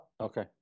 Okay